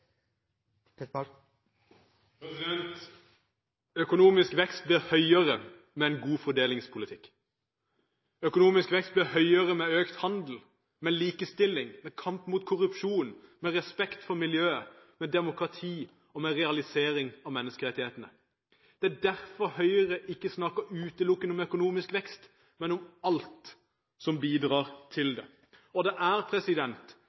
vekst. Økonomisk vekst blir høyere med en god fordelingspolitikk. Økonomisk vekst blir høyere med økt handel, med likestilling, med kampen mot korrupsjon, med respekt for miljøet, med demokrati og med realisering av menneskerettighetene. Det er derfor Høyre ikke utelukkende snakker om økonomisk vekst, men om alt som bidrar til den. Det er